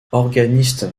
organiste